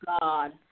God